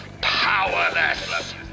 Powerless